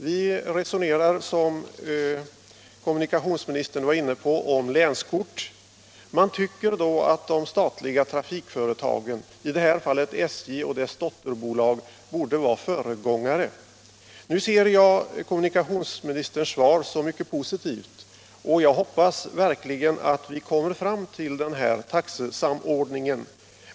Vi resonerar — det berörde kommunikationsministern också i svaret — om länskort. Man tycker då att de statliga trafikföretagen — i det här fallet SJ och dess dotterbolag — borde vara föregångare. Jag uppfattar kommunikationsministerns svar som mycket positivt. Jag hoppas verkligen att vi får till stånd en taxesamordning.